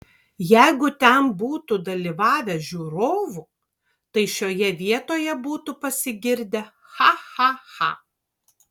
jeigu ten būtų dalyvavę žiūrovų tai šioje vietoje būtų pasigirdę cha cha cha